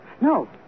No